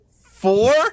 Four